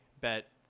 bet